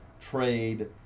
trade